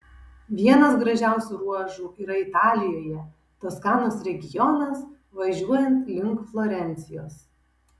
vienas gražiausių ruožų yra italijoje toskanos regionas važiuojant link florencijos